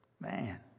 Man